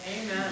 Amen